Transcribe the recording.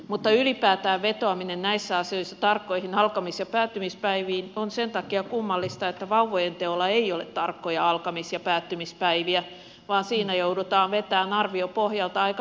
mutta ylipäätään vetoaminen näissä asioissa tarkkoihin alkamis ja päättymispäiviin on sen takia kummallista että vauvojen teolla ei ole tarkkoja alkamis ja päättymispäiviä vaan siinä joudutaan vetämään arvion pohjalta aika paljonkin